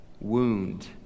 wound